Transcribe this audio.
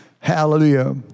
Hallelujah